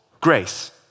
grace